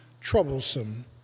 troublesome